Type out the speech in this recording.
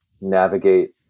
navigate